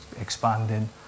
expanding